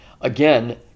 Again